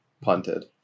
punted